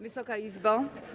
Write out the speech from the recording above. Wysoka Izbo!